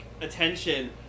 attention